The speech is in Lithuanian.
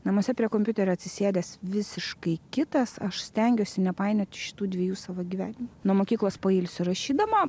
namuose prie kompiuterio atsisėdęs visiškai kitas aš stengiuosi nepainioti šitų dviejų savo gyvenimų nuo mokyklos pailsiu rašydama